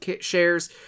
shares